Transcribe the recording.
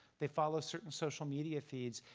they follow certain social media feeds.